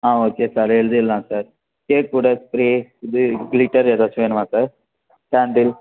ஆ okay sir எழுதிடலாம் sir spray கூட spray இது க்ளிட்டர் ஏதாச்சும் வேணுமா சார் கேண்டில்